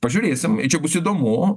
pažiūrėsim ir čia bus įdomu